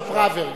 גם פראוור.